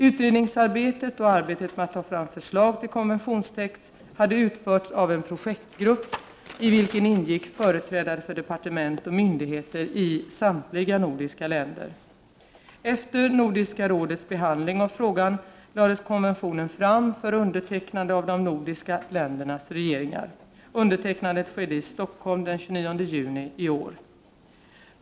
Utredningsarbetet och arbetet med att ta fram förslag till konventionstext hade utförts av en projektgrupp, i vilken ingick företrädare för departement och myndigheter i samtliga nordiska länder. Efter Nordiska rådets behandling av frågan lades konventionen fram för undertecknande av de nordiska ländernas regeringar. Undertecknandet skedde i Stockholm den 29 juni i år.